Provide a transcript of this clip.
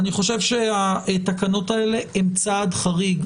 אני חושב שהתקנות האלה הן צעד חריג.